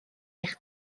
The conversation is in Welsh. eich